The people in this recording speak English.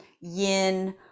yin